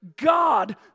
God